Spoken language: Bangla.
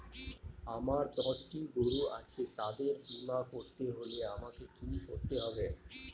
আমার দশটি গরু আছে তাদের বীমা করতে হলে আমাকে কি করতে হবে?